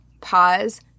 Pause